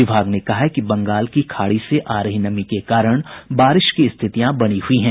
विभाग ने कहा है कि बंगाल की खाड़ी से आ रही नमी के कारण बारिश की स्थितियां बनी हुई हैं